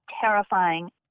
terrifying